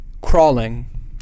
crawling